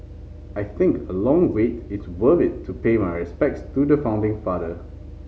I think a long wait is worth it to pay my respects to the founding father